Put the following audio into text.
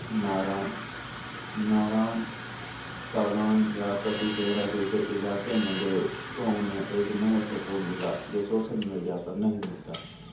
ناران ناران کاگان یا کسی صحرا جیسے علاقے میں گئے تو انہیں ایک نیا سکون ملا جو سوشل میڈیا پر نہیں ملتا